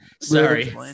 sorry